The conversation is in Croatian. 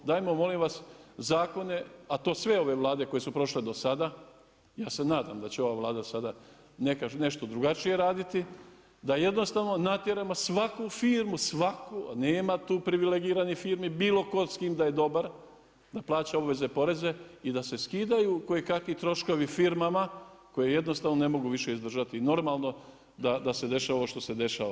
Dajmo molim vas zakone, a to sve ove Vlade koje su prošle do sada, ja se nadam da će ova Vlada sada nešto drugačije raditi, da jednostavno natjeramo svaku firmu, svaku, nema tu privilegiranih firmi bilo tko s kim da je dobar, da plaća obveze i poreze i da se skidaju kojekakvi troškovi firmama koji jednostavno više ne mogu izdržati i normalno da se dešava ovo što se dešava.